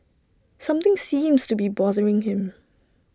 something seems to be bothering him